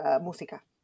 música